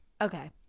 Okay